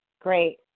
Great